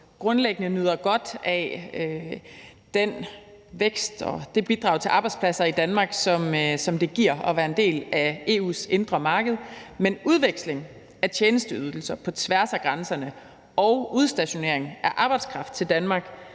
grundlæggende nyder godt af den vækst og det bidrag til arbejdspladser i Danmark, som det giver at være en del af EU's indre marked, men udvekslingen af tjenesteydelser på tværs af grænserne og udstationeringen af arbejdskraft til Danmark